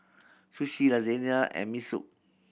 Sushi Lasagna and Mi Soup